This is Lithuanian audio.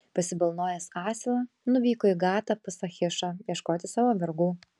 pasibalnojęs asilą nuvyko į gatą pas achišą ieškoti savo vergų